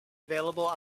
available